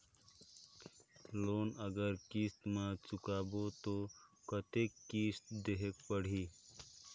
Loan अगर किस्त म चुकाबो तो कतेक किस्त देहेक पढ़ही?